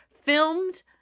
Filmed